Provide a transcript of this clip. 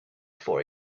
for